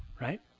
Right